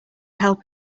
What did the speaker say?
help